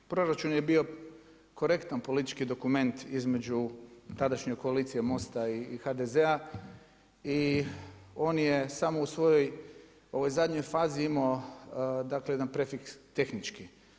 Proračun je bio korektan politički dokument između tadašnje koalicije Mosta i HDZ-a i on je samo u svojoj ovoj zadnjoj fazi imao dakle, jedan prefiks tehnički.